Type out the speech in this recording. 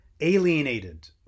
alienated